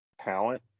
talent